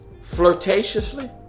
flirtatiously